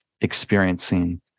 experiencing